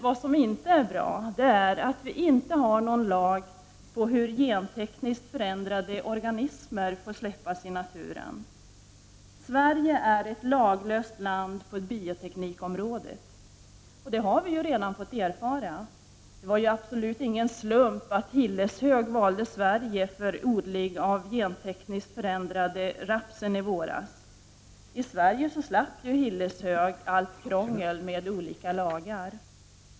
Vad som inte är bra är att vi inte har någon lag om hur gentekniskt förändrade organismer får släppas ut i naturen. Sverige är ett laglöst land på bioteknikområdet! Det har vi redan fått erfara. Det var absolut ingen slump att Hilleshög valde Sverige för odling av den gentekniskt förändrade rapsen i våras. I Sverige slapp ju Hilleshög allt ”krångel” med olika lagar.